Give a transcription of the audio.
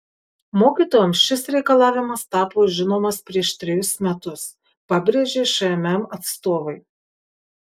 mokytojams šis reikalavimas tapo žinomas prieš trejus metus pabrėžė šmm atstovai